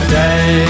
day